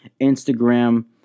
Instagram